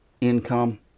Income